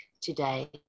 today